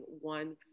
one